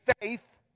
faith